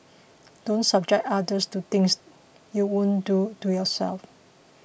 don't subject others to things you won't do to yourself